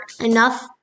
Enough